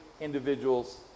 individual's